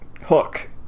hook